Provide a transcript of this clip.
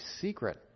secret